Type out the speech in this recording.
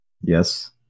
Yes